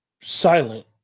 silent